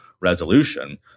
resolution